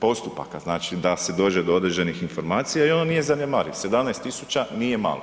postupaka, znači da se dođe do određenih informacija i on nije zanemariv, 17 tisuća nije malo.